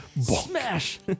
Smash